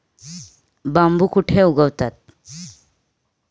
बांबू कुठे उगवतात?